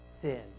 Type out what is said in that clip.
sin